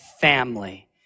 family